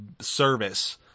service